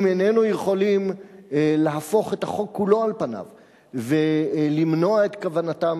אם איננו יכולים להפוך את החוק כולו על פניו ולמנוע את כוונתם